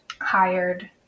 hired